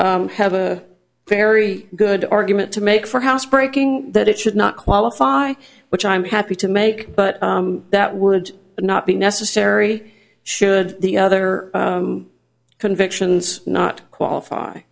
have a very good argument to make for housebreaking that it should not qualify which i'm happy to make but that would not be necessary should the other convictions not